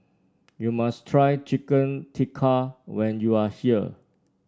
you must try Chicken Tikka when you are here